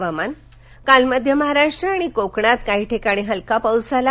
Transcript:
हवामान काल मध्य महाराष्ट्र आणि कोकणात काही ठिकाणी हलका पाऊस झाला